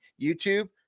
YouTube